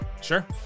Sure